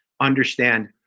understand